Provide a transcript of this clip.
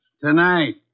Tonight